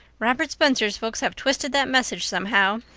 richard spencer's folks have twisted that message somehow.